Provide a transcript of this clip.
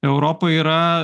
europa yra